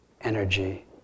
energy